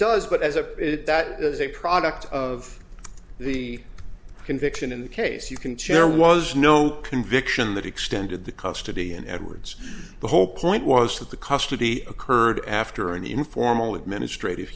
does but as a that is a product of the conviction in the case you can chair was no conviction that extended the custody and edwards the whole point was that the custody occurred after an informal administrative